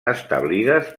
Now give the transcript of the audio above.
establides